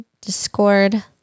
Discord